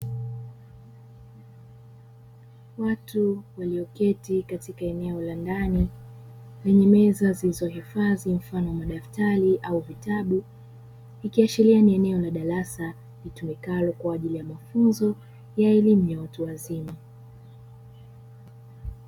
Watu lililo keti juu ya meza zilizo hifadhi mfano wa madaftari au vitabu, ikiashiria ni eneo la darasa litumikalo kwaajili ya mafunzo ya elimu ya watu wazima.